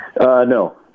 No